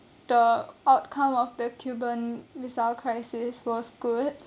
the outcome of the cuban missile crisis was good